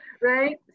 right